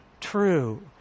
true